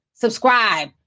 subscribe